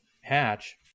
hatch